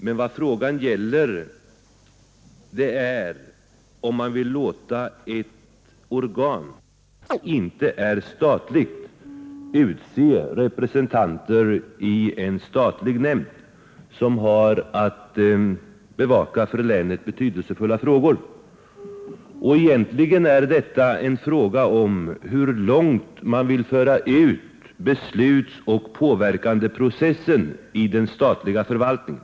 Men vad frågan gäller är om man vill låta ett organ som inte är statligt utse representanter i en statlig nämnd som har att bevaka för länet betydelsefulla frågor. Egentligen är detta en fråga om hur långt man vill föra ut beslutsoch påverkandeprocessen i den statliga förvaltningen.